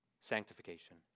Sanctification